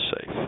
safe